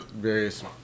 various